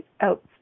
out